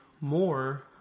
more